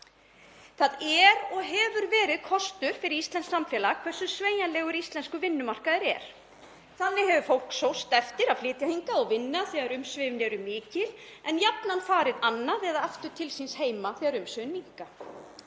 Það er og hefur verið kostur fyrir íslenskt samfélag hversu sveigjanlegur íslenskur vinnumarkaður er. Þannig hefur fólk sóst eftir að flytja hingað og vinna þegar umsvifin eru mikil en jafnan farið annað eða aftur til síns heima þegar umsvifin minnka.